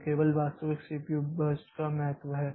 तो केवल वास्तविक सीपीयू बर्स्ट का महत्त्व है